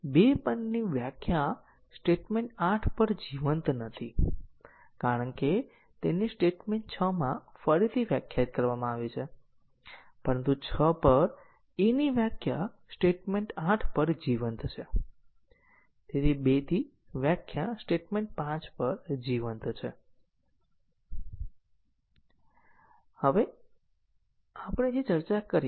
તેથી ત્યાં બે બાઉન્ડેડ વિસ્તારો છે અને તેથી બાઉન્ડેડ વિસ્તારોની સંખ્યા વત્તા 1 બરાબર 3 ની બરાબર છે અને તે બરાબર e n 2 પરિણામ છે જે આપણને મળ્યું છે જેનું મૂલ્યાંકન પણ 3 7 6 2 હતું